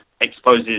exposes